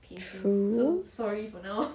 true